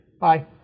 Bye